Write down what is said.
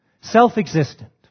Self-existent